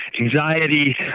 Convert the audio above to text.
anxiety